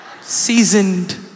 seasoned